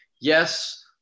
Yes